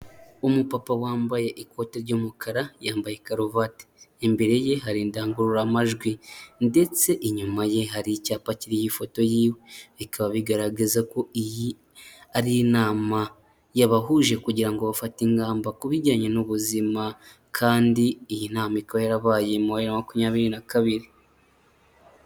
Umupapa wambaye ikote ry'umukara yambaye karuvati imbere ye hari indangururamajwi ndetse inyuma ye hari icyapa kiriho foto y'iwe bikaba bigaragaza ko iyi ari inama yabahuje kugira ngo bafate ingamba ku bijyanye n'ubuzima kandi iyi nama ikaba yarabaye mu wa bibiri na makumyabiri na kabiri.